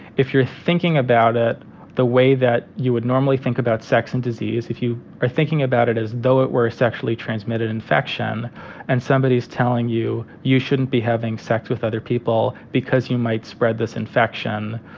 if you're thinking about it the way that you would normally think about sex and disease, if you are thinking about it as though it were a sexually transmitted infection and somebody is telling you you shouldn't be having sex with other people because you might spread this infection,